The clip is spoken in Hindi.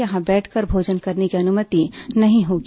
यहां बैठकर भोजन करने की अनुमति नहीं होगी